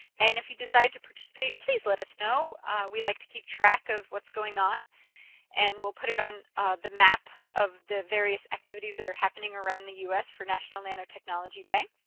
and if you decide to participate, please let us know we like to keep track of what's going on and we'll put it on the map of the various activities that are happening around the u s. for national nanotechnology day.